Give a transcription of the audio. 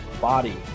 body